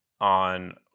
on